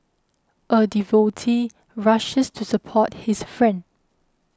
a devotee rushes to support his friend